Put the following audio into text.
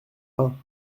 pins